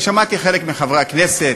שמעתי חלק מחברי הכנסת,